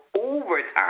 overtime